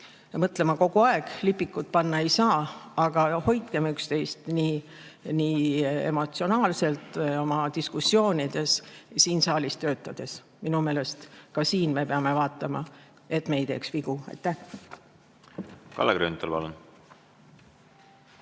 mõtlema kogu aeg. Lipikut panna ei saa, aga hoidkem üksteist ka emotsionaalselt oma diskussioonides siin saalis töötades. Minu meelest ka siin me peame vaatama, et me ei teeks vigu. Aitäh! ... Ravimiameti